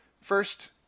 first